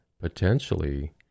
potentially